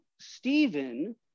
Stephen